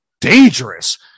dangerous